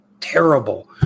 terrible